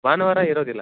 ಭಾನುವಾರ ಇರೋದಿಲ್ಲ